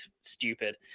stupid